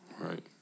Right